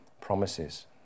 promises